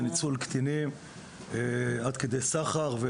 זה ניצול קטינים עד כדי סחר.